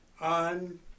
on